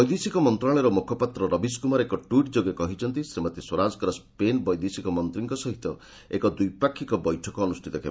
ବୈଦେଶିକ ମନ୍ତ୍ରଣାଳୟର ମୁଖପାତ୍ର ରବିଶ କୁମାର ଏକ ଟ୍ୱିଟ୍ ଯୋଗେ କହିଛନ୍ତି ଶ୍ରୀମତୀ ସ୍ୱରାଜଙ୍କର ସ୍ୱେନ୍ ବୈଦେଶିକ ମନ୍ତ୍ରୀଙ୍କ ସହିତ ଏକ ଦ୍ୱିପାକ୍ଷିକ ବୈଠକ ଅନୁଷ୍ଠିତ ହେବ